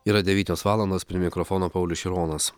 yra devynios valandos prie mikrofono paulius šironas